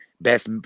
Best